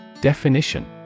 Definition